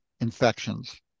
infections